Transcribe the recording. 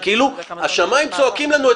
זה כאילו השמיים צועקים לנו.